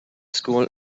school